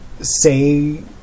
say